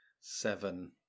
Seven